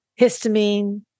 Histamine